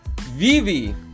Vivi